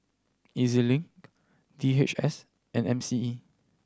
E Z Link D H S and M C E